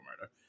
Murder